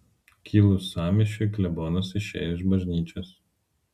kilus sąmyšiui klebonas išėjo iš bažnyčios